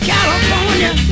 California